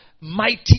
mighty